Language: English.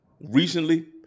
recently